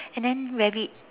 and then rabbit